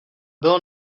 bylo